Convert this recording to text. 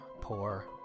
poor